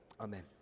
amen